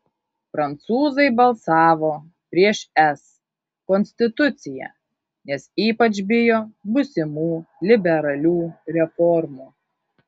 prancūzai balsavo prieš es konstituciją nes ypač bijo būsimų liberalių reformų